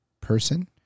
person